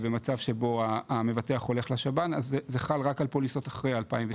במצב שבו המבטח הולך לשב"ן אז זה חל רק על פוליסות אחרי 2016,